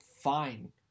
fine